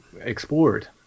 explored